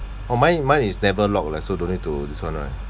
oh mine mine is never lock leh so don't need to this [one] right